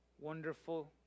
wonderful